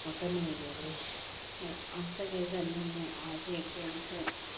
मक्कां नेईं गुड्डदे अस केह् करने होन्ने अस जेह्के अस